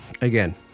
Again